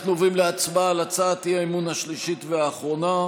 אנחנו עוברים להצבעה על הצעת האי-אמון השלישית והאחרונה,